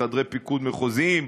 חדרי פיקוד מחוזיים,